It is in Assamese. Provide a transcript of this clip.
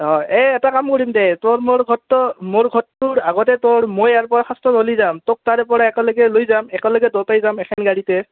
অঁ এই এটা কাম কৰিম দেই ত'ৰ মোৰ ঘৰ মোৰ ঘৰটোৰ আগতে ত'ৰ মই ইয়াৰ পৰা হ'লি যাম তাৰে পৰা একেলগে লৈ যাম একেলগে দুটাই যাম এখন গাড়ীতে